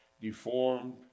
deformed